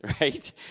right